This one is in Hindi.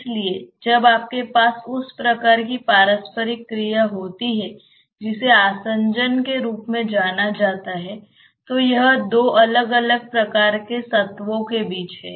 इसलिए जब आपके पास उस प्रकार की पारस्परिक क्रिया होती है जिसे आसंजन के रूप में जाना जाता है तो यह दो अलग अलग प्रकार के सत्त्वों के बीच है